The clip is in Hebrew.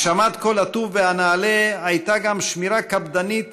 הגשמת כל הטוב והנעלה הייתה גם שמירה קפדנית